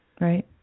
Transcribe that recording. Right